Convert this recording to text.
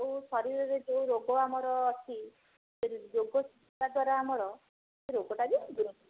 ଯେଉଁ ଶରୀରରେ ଯେଉଁ ରୋଗ ଆମର ଅଛି ସେ ଯୋଗ ଶିକ୍ଷାଦ୍ୱାରା ଆମର ସେ ରୋଗଟା ବି ଦୂର ହେଇଯିବ